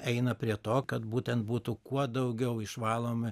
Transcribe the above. eina prie to kad būtent būtų kuo daugiau išvalomi